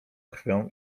krwią